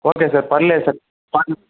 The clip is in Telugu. ఓకే సార్ పర్లేదు సార్ పాండ